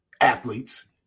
Athletes